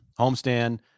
homestand